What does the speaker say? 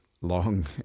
long